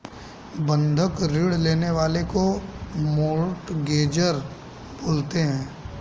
बंधक ऋण लेने वाले को मोर्टगेजेर बोलते हैं